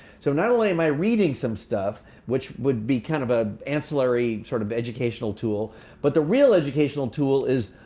so not only am i reading some stuff which would be kind of a ancillary sort of educational tool but the real educational tool is,